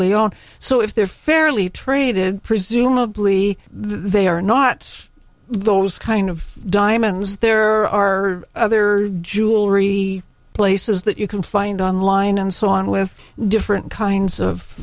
leone so if they're fairly traded presumably they are not those kind of diamonds there are other jewelry places that you can find online and so on with different kinds of